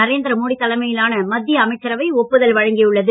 நரேந்திர மோடி தலைமையிலான மத்திய அமைச்சரவை ஒப்புதல் வழங்கியுள்ளது